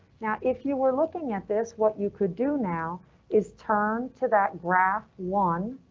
now, if you were looking at this, what you could do now is turn to that graph one.